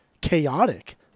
chaotic